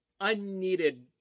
Unneeded